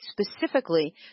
specifically